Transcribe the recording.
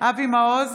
אבי מעוז,